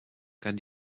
kann